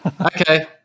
Okay